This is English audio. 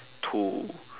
to